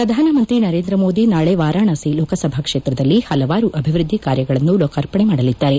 ಪ್ರಧಾನಮಂತ್ರಿ ನರೇಂದ್ರ ಮೋದಿ ನಾಳೆ ವಾರಾಣಸಿ ಲೋಕಸಭಾ ಕ್ಷೇತ್ರದಲ್ಲಿ ಹಲವಾರು ಅಭಿವ್ವದ್ದಿ ಕಾರ್ಯಗಳನ್ನು ಲೋಕಾರ್ಪಣೆ ಮಾಡಲಿದ್ದಾರೆ